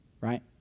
right